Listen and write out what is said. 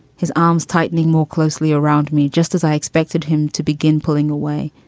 his arms tightening more closely around me, just as i expected him to begin pulling away.